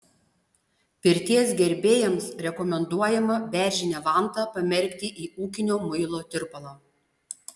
pirties gerbėjams rekomenduojama beržinę vantą pamerkti į ūkinio muilo tirpalą